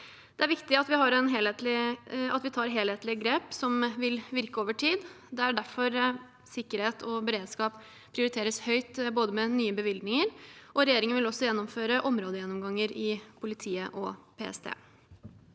Det er viktig at vi tar helhetlige grep som vil virke over tid. Det er derfor sikkerhet og beredskap prioriteres høyt, med nye bevilgninger, og regjeringen vil også gjennomføre områdegjennomganger i politiet og PST.